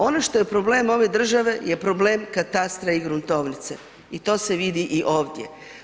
Ono što je problem ove države je problem katastra i gruntovnice i to se vidi i ovdje.